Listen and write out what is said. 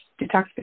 detoxification